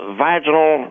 vaginal